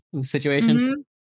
situation